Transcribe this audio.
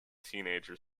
teenager